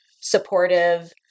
supportive